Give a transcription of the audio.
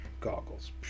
goggles